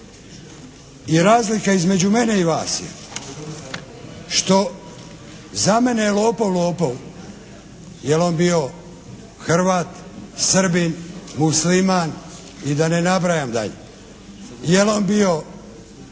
I razlika između mene i vas je što za mene je lopov lopov jel' on bio Hrvat, Srbin, Musliman i da ne nabrajam dalje. Jel' on bio ove